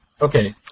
Okay